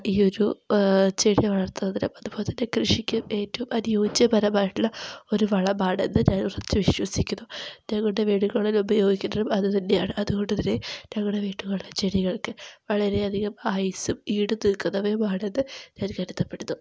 ഈ ഒരു ചെടി വളർത്തുന്നതിനും അതുപോലെത്തന്നെ കൃഷിക്കും ഏറ്റവും അനുയോജ്യപരമായിട്ടുള്ള ഒരു വളമാണെന്ന് ഞാൻ ഉറച്ചു വിശ്വസിക്കുന്നു ഞങ്ങളുടെ വീടുകളിൽ ഉപയോഗിക്കുന്നതും അതു തന്നെയാണ് അതുകൊണ്ട് തന്നെ ഞങ്ങളുടെ വീട്ടുകളിലുള്ള ചെടികൾക്ക് വളരെ അധികം ആയുസ്സും ഈടുനിൽക്കുന്നവയുമാണെന്ന് ഞാൻ കരുതപ്പെടുന്നു